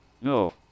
No